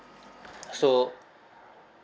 so